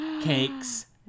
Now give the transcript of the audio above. cakes